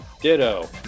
Ditto